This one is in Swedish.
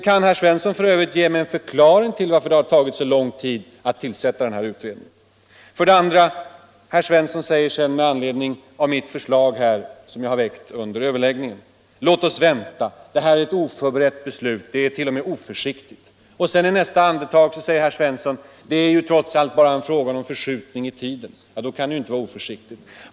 Kan herr Svensson f. ö. ge mig en förklaring till att det har tagit så lång tid att tillsätta utredningen? Herr Svensson sade med anledning av det förslag som jag har väckt under överläggningen: Låt oss vänta. Det skulle bli ett oförberett beslut. Det vore t.o.m. oförsiktigt. I nästa andetag sade herr Svensson: Det är ju trots allt bara en fråga om förskjutning i tiden. Då kan det ju inte vara oförsiktigt.